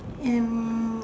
and